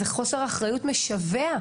זה חוסר אחריות משווע,